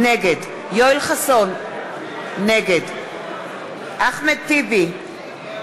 נגד יואל חסון, נגד אחמד טיבי,